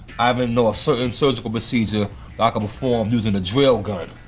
i even know a certain surgical procedure that i can perform using a drill-gun.